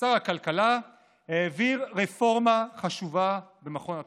כשר הכלכלה העביר רפורמה חשובה במכון התקנים.